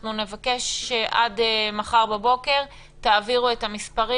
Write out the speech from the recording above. אנחנו נבקש עד מחר בבוקר שתעבירו את המספרים,